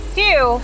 two